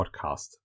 podcast